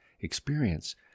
experience